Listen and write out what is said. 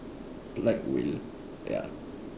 like wheel ya